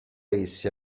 essi